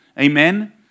Amen